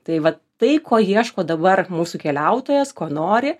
tai vat tai ko ieško dabar mūsų keliautojas ko nori